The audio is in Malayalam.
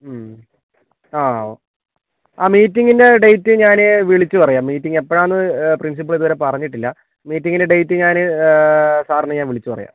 ആ ആ മീറ്റിങ്ൻ്റെ ഡേറ്റ് ഞാൻ വിളിച്ച് പറയാം മീറ്റിങ് എപ്പോഴാന്ന് പ്രിൻസിപ്പള് ഇതുവരെ പറഞ്ഞിട്ടില്ല മീറ്റിങ്ങിൻ്റെ ഡേറ്റ് ഞാൻ സാറിന് ഞാൻ വിളിച്ച് പറയാം